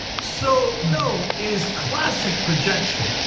so no it is classic projection.